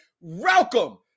Welcome